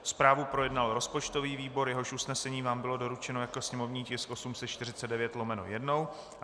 Zprávu projednal rozpočtový výbor, jehož usnesení vám bylo doručeno jako sněmovní tisk 849/1.